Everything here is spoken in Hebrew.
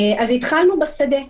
התחלנו בשדה,